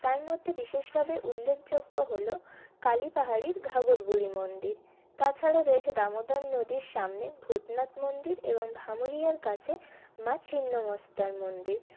তার মধ্যে বিশেষভাবে উল্লেখযোগ্য হলো কালীপাহাড়ির ঘাগরবুড়ি মন্দির তাছাড়া রয়েছে দামোদর নদীর সামনে ভূতনাথ মন্দির এবং ভামরিয়ার কাছে মা ছিন্নমস্তার মন্দির